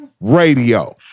Radio